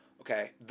Okay